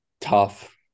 tough